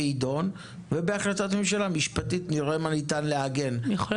יידון ובהחלטת ממשלה נראה מה ניתן לעגן משפטית.